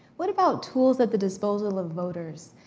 what about tools at the disposal of voters?